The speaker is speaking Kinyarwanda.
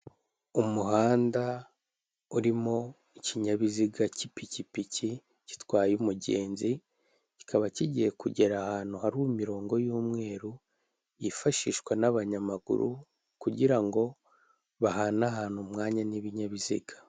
Umuhanda urimo ikinyabiziga cy'ipikipiki, gitwaye umugenzi, kikaba kigiye kugera ahantu hari imirongo y'umweru yifashishwa n'abanyamaguru, kugira ngo bahanehane umwanya n'ibinyabiziga.